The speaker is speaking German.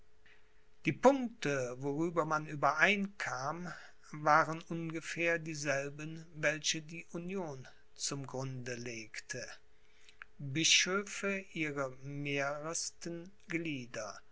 die punkte worüber man übereinkam waren ungefähr dieselben welche die union zum grund legte bischöfe ihre mehresten glieder